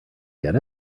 get